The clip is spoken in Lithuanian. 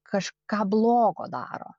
kažką blogo daro